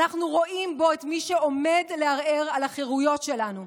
אנחנו רואים בו את מי שעומד לערער על החירויות שלנו,